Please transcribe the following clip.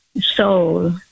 soul